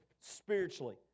spiritually